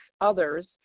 others